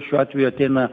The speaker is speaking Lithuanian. šiuo atveju ateina